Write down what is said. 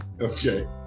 okay